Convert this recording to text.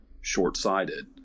short-sighted